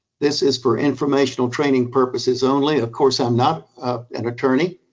this is for informational training purposes only. of course i'm not an attorney,